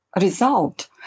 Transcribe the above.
result